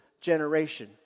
generation